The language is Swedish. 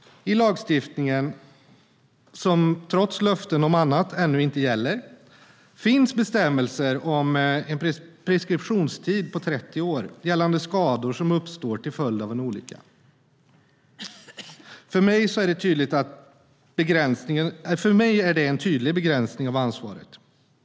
I lagstiftningen, som trots löften om annat ännu inte gäller, finns bestämmelser om en preskriptionstid på 30 år för skador som uppstår till följd av en olycka. För mig är det en tydlig begränsning av ansvaret.